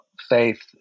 faith